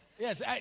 Yes